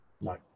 No